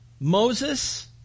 Moses